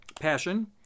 passion